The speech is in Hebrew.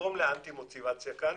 תגרום לאנטי מוטיבציה כאן.